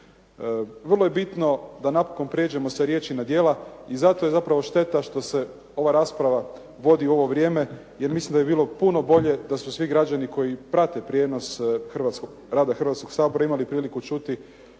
Vrlo je bitno da napokon pređemo s riječi na djela i zato je zapravo šteta što se ova rasprava vodi u ovo vrijeme, jer mislim da bi bilo puno bolje da su svi građani koji prate prijenos rada Hrvatskog sabora imali priliku čuti